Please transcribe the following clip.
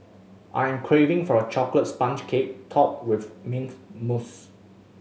I am craving for a chocolate sponge cake topped with mint mousse